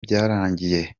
byararangiye